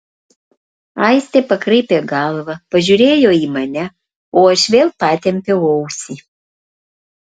aistė pakraipė galvą pažiūrėjo į mane o aš vėl patempiau ausį